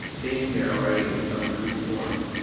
being there already in some crude form,